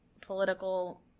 political